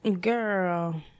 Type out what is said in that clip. Girl